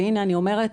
והנה אני אומרת,